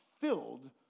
filled